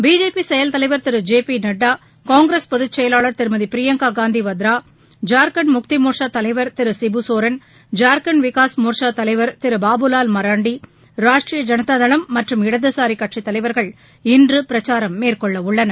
BJP செயல் தலைவர் திரு J P Nadda Congress பொதுச் செயலாளர் திருமதி பிரியங்கா காந்தி வத்ரா ஜார்க்கண்ட் முக்தி மோர்ச்சா தலைவர் திரு சிபுசோரன் ஜார்க்கண்ட் விகாஸ் மோர்ச்சா தலைவர் திரு பாபுலால் மராண்டி ராஷ்டரிய ஜனதா தளம் மற்றும் இடதுசாரி கட்சித் தலைவர்கள் இன்று பிரச்சாரம் மேற்கொள்ள உள்ளனர்